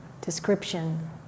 description